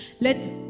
let